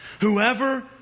Whoever